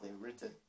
written